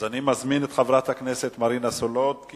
אז אני מזמין את חברת הכנסת מרינה סולודקין,